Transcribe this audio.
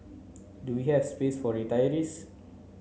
do we have space for retirees